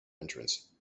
entrance